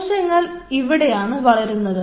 കോശങ്ങൾ ഇവിടെയാണ് വളരുന്നത്